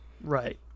Right